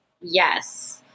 Yes